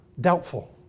doubtful